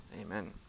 Amen